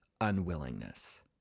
unwillingness